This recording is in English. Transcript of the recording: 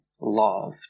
loved